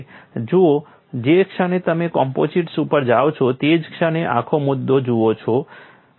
જુઓ જે ક્ષણે તમે કમ્પોઝિટ્સ ઉપર જાઓ છો તે જ ક્ષણે આખો મુદ્દો જુદો હોય છે